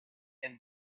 and